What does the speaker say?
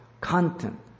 content